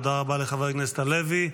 תודה רבה לחבר הכנסת הלוי.